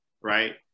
right